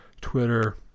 Twitter